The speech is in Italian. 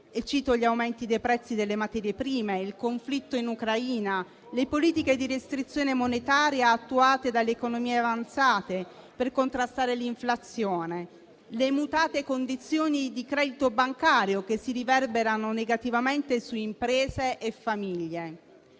Cito gli aumenti dei prezzi delle materie prime, il conflitto in Ucraina, le politiche di restrizione monetaria attuate dalle economie avanzate per contrastare l'inflazione, le mutate condizioni di credito bancario, che si riverberano negativamente su imprese e famiglie.